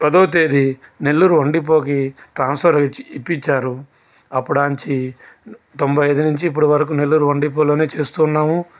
పదో తేది నెల్లూరు వన్ డిపోకి ట్రాన్స్ఫ్ఫర్ ఇచ్చి ఇప్పించారు అప్పడాంచి తొంభై ఐదు నుంచి ఇప్పటి వరకు నెల్లూరు వన్ డిపోలోనే చేస్తున్నాము